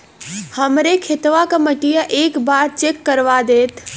हमरे खेतवा क मटीया एक बार चेक करवा देत?